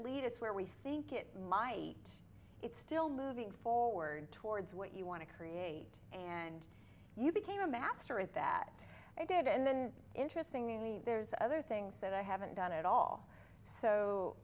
lead us where we think it might it's still moving forward towards what you want to create and you became a master at that i did and then interestingly there's other things that i haven't done at all so